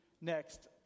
next